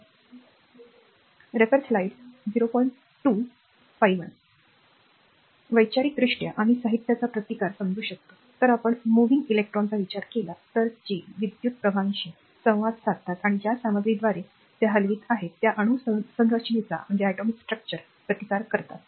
आता विद्युतीय प्रवाह निर्माण करणार्या इलेक्ट्रॉनिक विद्युतप्रवाहांविषयी संवाद साधल्यास आणि ज्या सामग्रीद्वारे त्या हलवित आहेत त्या अणू संरचनेचा प्रतिकार केल्याबद्दल विद्युत् प्रवाह चालू ठेवण्याचा विचार केला तर आता संकल्पनेनुसार प्रत्यक्षात त्या सामग्रीचा प्रतिकार समजू शकतो